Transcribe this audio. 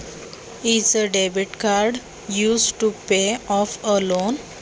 कर्ज फेडताना डेबिट कार्डचा वापर होतो का?